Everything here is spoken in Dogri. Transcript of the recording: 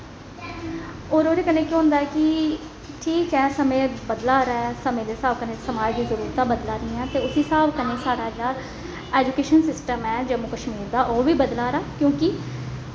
होर ओह्दे कन्नै केह् होंदा ऐ कि ठीक ऐ समें बदला दा ऐ समें दे स्हाब कन्नै समाज़ दी जरूरतां बदला दियां न ते उसी स्हाब कन्नै साढ़ा जेह्ड़ा ऐजुकेशन सिस्टम ऐ जम्मू कश्मीर दा ओह् बी बदला दा क्योंकि